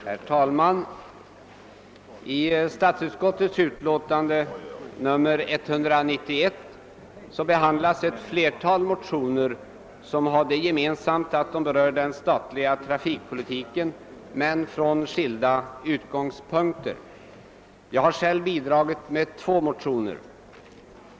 Herr talman! I statsutskottets förevarande utlåtande nr 191 behandlas ett flertal motioner, som har det gemensamt att de berör den statliga trafikpolitiken, men från skilda utgångspunkter. Jag har själv bidragit med två motioner.